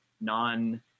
non